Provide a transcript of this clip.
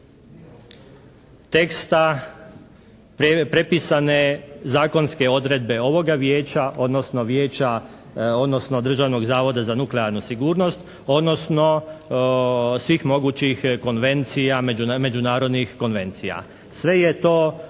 teksta te prepisane zakonske odredbe ovoga Vijeća, odnosno vijeća, odnosno Državnog zavoda za nuklearnu sigurnost, odnosno svih mogućih konvencija, međunarodnih konvencija. Sve je to